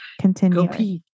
continue